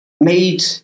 made